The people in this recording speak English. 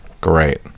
Great